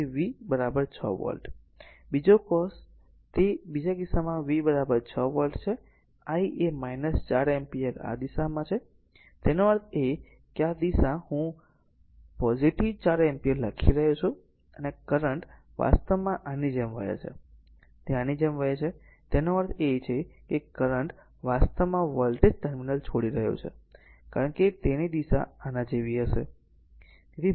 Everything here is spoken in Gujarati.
તેથી V 6 વોલ્ટ બીજો કેસ તે બીજા કિસ્સામાં V 6 વોલ્ટ છે અને I એ 4 એમ્પીયર આ દિશામાં છે તેનો અર્થ એ છે કે આ દિશા હું પોઝીટીવ 4 એમ્પીયર લખી શકું છું અને આ કરંટ વાસ્તવમાં આની જેમ વહે છે તે આની જેમ વહે છે તેનો અર્થ એ છે કે કરંટ વાસ્તવમાં વોલ્ટેજ ટર્મિનલ છોડી રહ્યું છે કારણ કે તેની દિશા આના જેવી છે